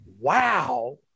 wow